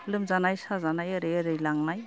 लोमजानाय साजानाय ओरै ओरै लांनाय